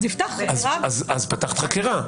אז פתחת חקירה.